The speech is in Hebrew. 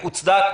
הוצדק,